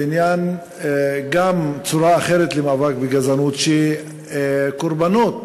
בעניין צורה אחרת למאבק בגזענות, שקורבנות